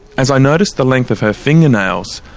as i notice the length of her fingernails,